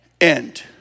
end